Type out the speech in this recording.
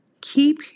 Keep